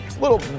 little